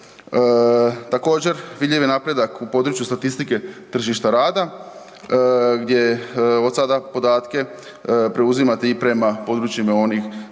Također, vidljiv je napredak u području statistike tržišta rada, gdje od sada podatke preuzimate i prema područjima onih,